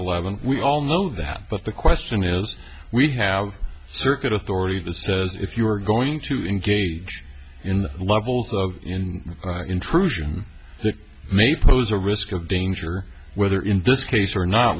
eleven we all know that but the question is we have circuit authority the says if you're going to engage in levels of in intrusion that may pose a risk of danger whether in this case or not